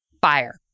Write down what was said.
fire